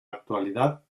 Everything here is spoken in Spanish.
actualidad